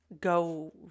go